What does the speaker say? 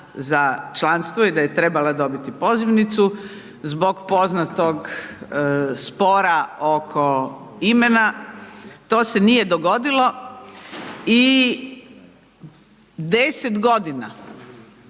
za članstvo i da je trebala dobiti pozivnicu zbog poznatog spora oko imena. To se nije dogodilo i 10 godina